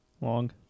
long